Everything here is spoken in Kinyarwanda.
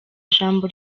ijambo